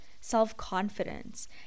self-confidence